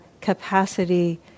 capacity